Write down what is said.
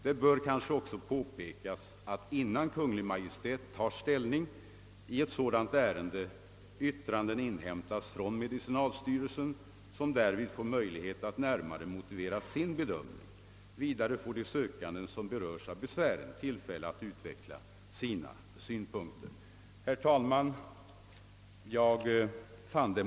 Det bör kanske också påpekas att innan Kungl. Maj:t tar ställning i sådant ärende yttrande inhämtas från medicinalstyrelsen, som därvid får möjlighet att närmare motivera sin bedömning. Även de sökande som beröres av besvären lämnas tillfälle att utveckla sina synpunkter. Herr talman!